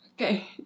Okay